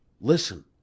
Listen